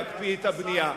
להקפיא את הבנייה.